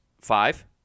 five